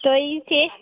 तो ई से